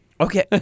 Okay